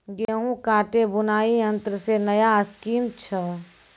गेहूँ काटे बुलाई यंत्र से नया स्कीम छ?